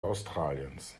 australiens